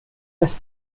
this